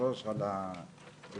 אני מברך על היוזמה.